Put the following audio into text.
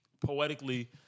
poetically